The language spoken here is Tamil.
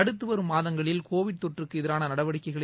அடுத்து வரும் மாதங்களில் கோவிட் தொற்றுக்கு எதிரான நடவடிக்கைகளை